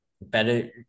better